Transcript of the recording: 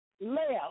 left